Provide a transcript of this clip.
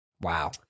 Wow